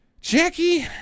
Jackie